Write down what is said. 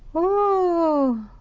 ooooh.